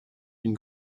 une